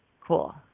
Cool